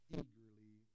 eagerly